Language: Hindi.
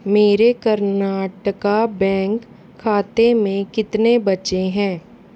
मेरे कर्नाटका बैंक खाते में कितने बचे हैं